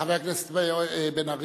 חבר הכנסת בן-ארי.